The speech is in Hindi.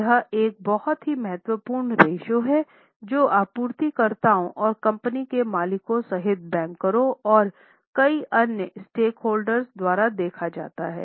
यह एक बहुत ही महत्वपूर्ण रेश्यो है जो आपूर्तिकर्ताओं और कंपनी के मालिकों सहित बैंकरों और कई अन्य स्टेकहोल्डर्स द्वारा देखा जाता है